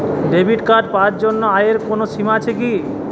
Debit card পাওয়ার জন্য আয়ের কোনো সীমা আছে কি?